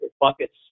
buckets